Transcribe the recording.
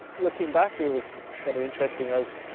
looking back, it was kind of interesting. i was.